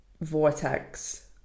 vortex